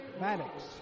Maddox